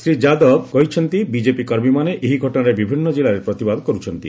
ଶ୍ରୀ ଯାଦବ କହିଛନ୍ତି ବିଜେପି କର୍ମୀମାନେ ଏହି ଘଟଣାରେ ବିଭିନ୍ନ କିଲ୍ଲାରେ ପ୍ରତିବାଦ କରୁଛନ୍ତି